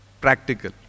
practical